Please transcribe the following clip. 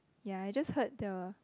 ya I just heard the